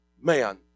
man